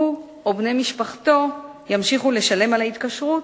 הוא או בני משפחתו ימשיכו לשלם על ההתקשרות,